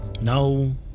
No